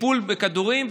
טיפול בכדורים.